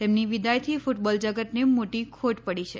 તેમની વિદાયથી ફૂટબોલ જગતને મોટી ખોટી પડી છે